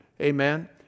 Amen